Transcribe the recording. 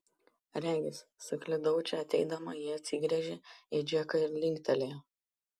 regis suklydau čia ateidama ji atsigręžė į džeką ir linktelėjo